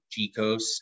GCOS